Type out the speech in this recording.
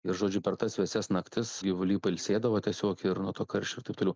ir žodžiu per tas vėsias naktis gyvuliai pailsėdavo tiesiog ir nuo to karščio ir taip toliau